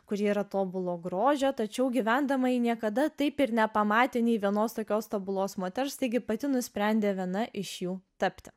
kuri yra tobulo grožio tačiau gyvendama ji niekada taip ir nepamatė nė vienos tokios tobulos moters taigi pati nusprendė viena iš jų tapti